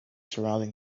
surrounding